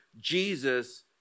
Jesus